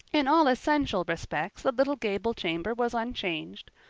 in all essential respects the little gable chamber was unchanged.